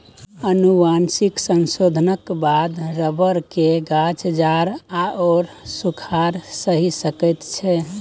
आनुवंशिक संशोधनक बाद रबर केर गाछ जाड़ आओर सूखाड़ सहि सकै छै